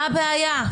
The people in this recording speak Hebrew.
מה הבעיה?